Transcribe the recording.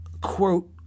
quote